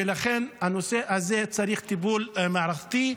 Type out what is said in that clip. ולכן הנושא הזה צריך טיפול מערכתי.